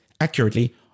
accurately